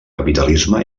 capitalisme